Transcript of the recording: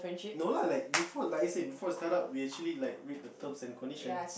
no no like before license before start up we actually like read the terms and conditions